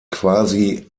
quasi